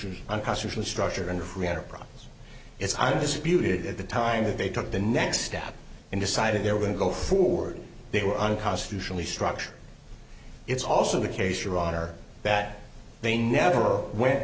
be unconstitutional structure and free enterprise it's undisputed at the time that they took the next step and decided they were going to go forward they were unconstitutionally structure it's also the case your honor that they never went